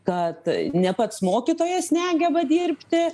kad ne pats mokytojas negeba dirbti